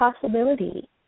possibility